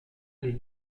les